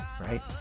right